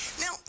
Now